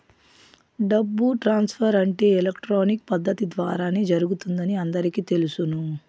డబ్బు ట్రాన్స్ఫర్ అంటే ఎలక్ట్రానిక్ పద్దతి ద్వారానే జరుగుతుందని అందరికీ తెలుసును